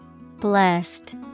Blessed